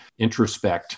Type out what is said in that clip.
introspect